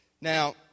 Now